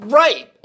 right